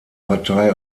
partei